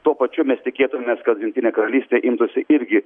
tuo pačiu mes tikėtumės kad jungtinė karalystė imtųsi irgi